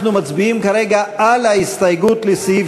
אנחנו מצביעים כרגע על ההסתייגות לסעיף